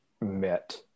met